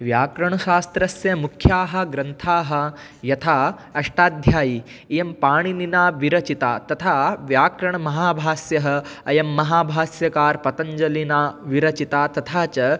व्याकरणशास्त्रस्य मुख्याः ग्रन्थाः यथा अष्टाध्यायी इयं पाणिनिना विरचिता तथा व्याकरणमहाभाष्यम् अयं महाभाष्यकारपतञ्जलिना विरचिता तथा च